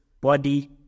body